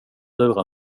lura